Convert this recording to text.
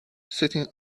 sitting